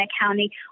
County